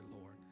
Lord